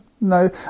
no